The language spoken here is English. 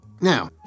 Now